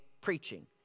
preaching